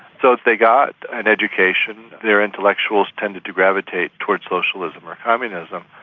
so if they got an education, their intellectuals tended to gravitate towards socialism or communism.